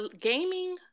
gaming